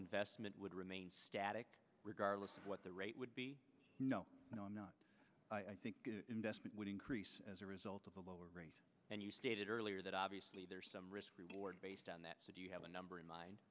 investment would remain static regardless of what the rate would be no no no i think investment would increase as a result of the lower rates and you stated earlier that obviously there is some risk reward based on that so do you have a number in mind